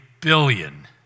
billion